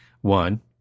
One